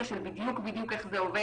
אני לא בקיאה ברזולוציה המדויקת איך זה עובד.